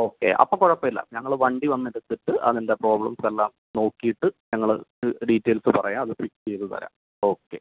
okay അപ്പോൾ കുഴപ്പമില്ല ഞങ്ങൾ വണ്ടി വന്ന് എടുത്തിട്ട് അതിൻ്റെ പ്രോബ്ലംസ് എല്ലാം നോക്കിയിട്ട് ഞങ്ങൾ ഡീറ്റൈൽസ് പറയാം അത് ചെയ്തുതരാം ഓക്കേ